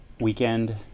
weekend